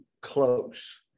close